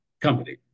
company